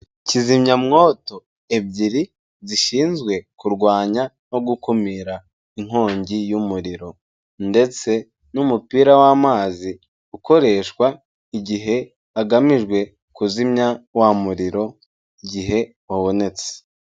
Kizimyamwoto ebyiri zishinzwe kurwanya no gukumira inkongi y'umuriro. Ndetse n'umupira w'amazi ukoreshwa igihe hagamijwe kuzimya wa muriro gihe wabonetse.